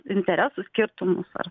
interesų skirtumus ar